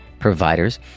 providers